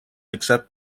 accept